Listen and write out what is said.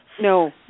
No